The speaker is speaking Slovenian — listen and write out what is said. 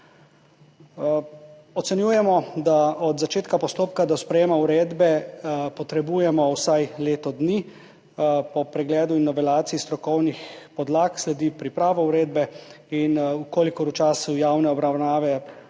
Ocenjujemo, da od začetka postopka do sprejetja uredbe potrebujemo vsaj leto dni. Po pregledu in novelaciji strokovnih podlag sledi priprava uredbe, in če v času javne obravnave